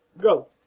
Go